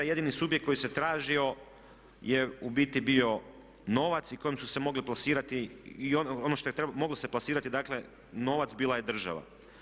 Jedini subjekt koji se tražio je u biti bio novac i kojem su se mogle plasirati i ono što je moglo se plasirati dakle novac bila je država.